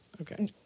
Okay